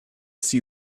see